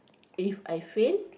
If I fail